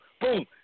Boom